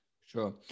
Sure